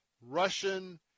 Russian